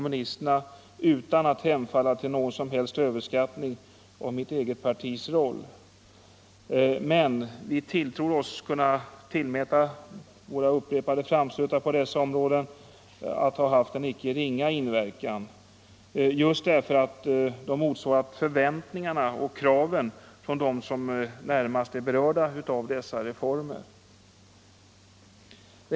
Utan att hemfalla till någon som helst överskattning av mitt eget partis roll vill jag tillägga, att vi inom vänsterpartiet kommunisterna tilltror oss om att kunna tillmäta våra upprepade framstötar på dessa områden en icke ringa inverkan, just därför att de motsvarat förväntningarna och kraven från dem som närmast är berörda av dessa reformer.